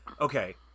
okay